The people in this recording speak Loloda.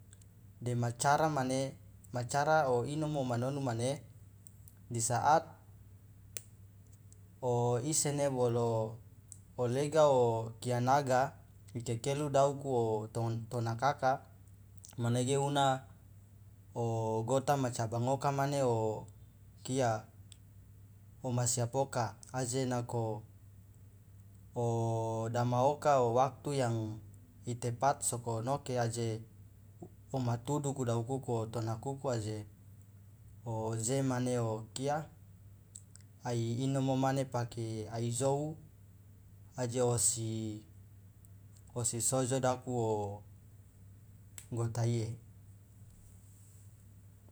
Dema cara mane ma cara o inomo omanonu mane di saat oisene bolo olega okianaga ikekelu dauku otonakaka manage una ogato ma cabang oka mane okia oma siap oka aje nako odama oka waktu yang itepat sokonoke aje woma tuduku daukuku o tonakuku de aje oje mane okia ai inomo pake ai jou aje wosi wosi sojo daku o gota iye.